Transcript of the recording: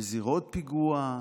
בזירת פיגוע,